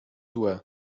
złe